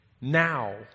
now